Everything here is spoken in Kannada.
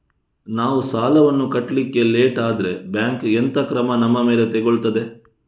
ನಾವು ಸಾಲ ವನ್ನು ಕಟ್ಲಿಕ್ಕೆ ಲೇಟ್ ಆದ್ರೆ ಬ್ಯಾಂಕ್ ಎಂತ ಕ್ರಮ ನಮ್ಮ ಮೇಲೆ ತೆಗೊಳ್ತಾದೆ?